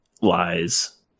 lies